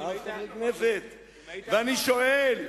אני מסכים אתו,